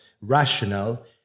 rational